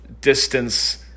distance